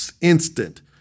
instant